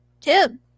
Tim